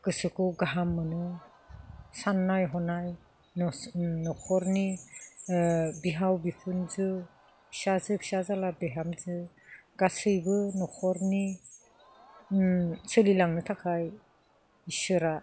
गोसोखौ गाहाम मोनो साननाय हनाय न'खरनि बिहाव बिखुनजो फिसाजो फिसाज्ला बिहामजो गासैबो न'खरनि सोलिलांनो थाखाय इसोरा